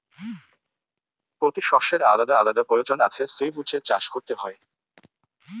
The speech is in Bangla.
পোতি শষ্যের আলাদা আলাদা পয়োজন আছে সেই বুঝে চাষ কোরতে হয়